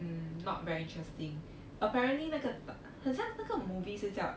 mm not very interesting apparently 那个很像那个 movie 是叫